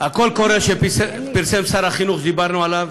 הקול קורא שפרסם שר החינוך, שדיברנו עליו,